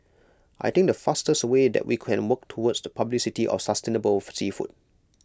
I think the fastest way that we can work towards the publicity of sustainable for seafood